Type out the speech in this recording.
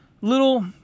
little